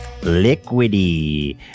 Liquidy